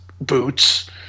boots